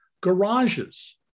garages